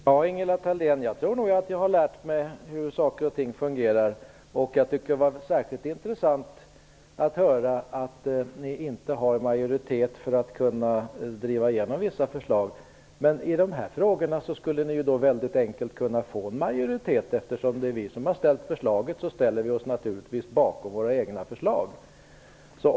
Herr talman! Jag tror nog, Ingela Thalén, att jag har lärt mig hur saker och ting fungerar. Jag tycker att det var särskilt intressant att höra att ni inte har majoritet för att driva igenom vissa förslag. Men i dessa frågor skulle ni enkelt kunna få majoritet. Eftersom det är vi som har lagt fram förslagen, ställer vi oss naturligtvis bakom våra egna förslag.